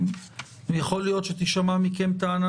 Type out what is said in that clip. יכול להיות שתישמע מכם טענה